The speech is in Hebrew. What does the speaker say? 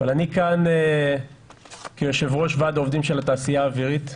אני כאן כיושב ראש ועד העובדים של התעשייה האווירית.